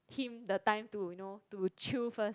him the time to you know to chill first